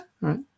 right